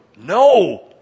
no